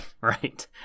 Right